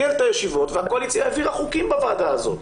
ניהל את הישיבות והקואליציה העבירה חוקים בוועדה הזאת,